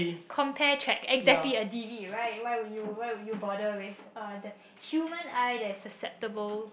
compare check exactly a T_V right why would you why would you bother with uh the human eye that's susceptible